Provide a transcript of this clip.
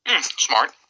Smart